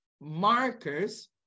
markers